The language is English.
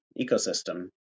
ecosystem